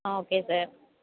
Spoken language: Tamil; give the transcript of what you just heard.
ah okay sir